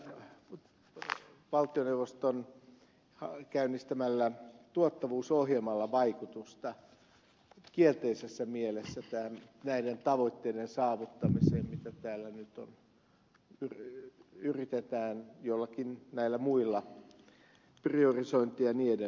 onko tällä valtioneuvoston käynnistämällä tuottavuusohjelmalla vaikutusta kielteisessä mielessä näiden tavoitteiden saavuttamiseen mitä täällä nyt yritetään näillä muilla priorisointi ja niin edelleen